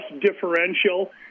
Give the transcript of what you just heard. differential